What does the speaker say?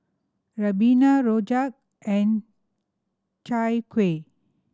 ribena rojak and Chai Kueh